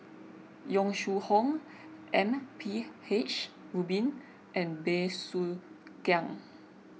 Yong Shu Hoong M P H Rubin and Bey Soo Khiang